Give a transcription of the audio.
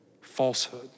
falsehood